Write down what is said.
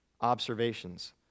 observations